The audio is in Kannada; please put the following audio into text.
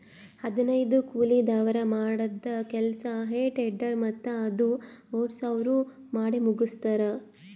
ಹದನೈದು ಕೂಲಿದವ್ರ್ ಮಾಡದ್ದ್ ಕೆಲ್ಸಾ ಹೆ ಟೆಡ್ಡರ್ ಮತ್ತ್ ಅದು ಓಡ್ಸವ್ರು ಮಾಡಮುಗಸ್ತಾರ್